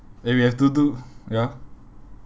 eh we have to do ya